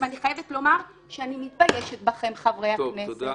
אני חייבת לומר שאני מתביישת בכם, חברי הכנסת.